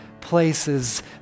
places